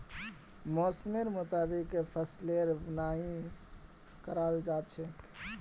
मौसमेर मुताबिक फसलेर बुनाई कराल जा छेक